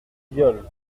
violents